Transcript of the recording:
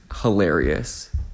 hilarious